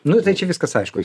nu tai čia viskas aišku